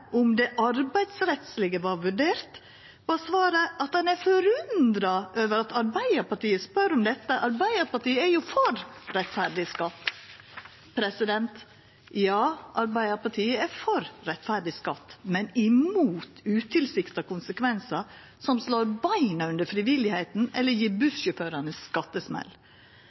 om det arbeidsrettslege var vurdert, var svaret at ein er forundra over at Arbeidarpartiet spør om dette, for Arbeidarpartiet er jo for rettferdig skatt. Ja, Arbeidarpartiet er for rettferdig skatt, men imot utilsikta konsekvensar som slår beina under frivillig innsats eller gjev bussjåførane skattesmell.